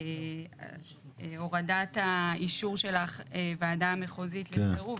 הורדת האישור של הוועדה המחוזית לסירוב,